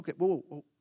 okay